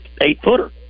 eight-footer